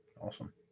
Awesome